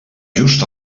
just